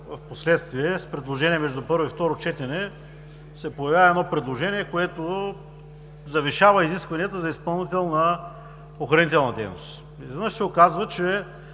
впоследствие, с предложение между първо и второ четене, се появява едно предложение, което завишава изискванията за изпълнител на охранителна дейност. Изведнъж се оказва, че